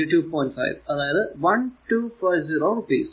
5 അതായതു 1250 രൂപ ആണ്